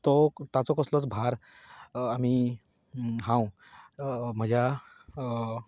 तो ताचो कसलोच भार आमी हांव म्हज्या